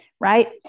right